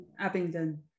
abingdon